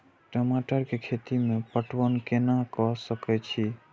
टमाटर कै खैती में पटवन कैना क सके छी?